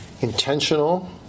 intentional